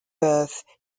birth